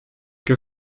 que